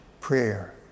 prayer